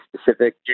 specific